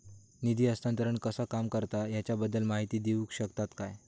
निधी हस्तांतरण कसा काम करता ह्याच्या बद्दल माहिती दिउक शकतात काय?